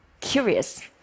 curious